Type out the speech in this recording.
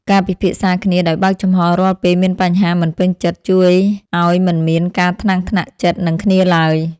ការពិភាក្សាគ្នាដោយបើកចំហររាល់ពេលមានបញ្ហាមិនពេញចិត្តជួយឱ្យមិនមានការថ្នាំងថ្នាក់ចិត្តនឹងគ្នាឡើយ។